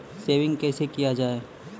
Saving कैसै किया जाय?